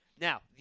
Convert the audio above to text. Now